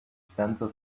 center